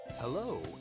Hello